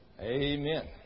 Amen